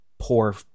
poor